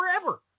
forever